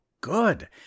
good